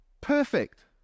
perfect